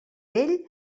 vell